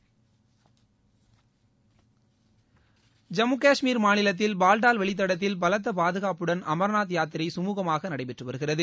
ஐம்மு காஷ்மீர் மாநிலத்தில் பால்டால் வழித்தடத்தில் பலத்த பாதுகாப்புடன் அமர்நாத் யாத்திரை சுமூகமாக நடைபெற்று வருகிறது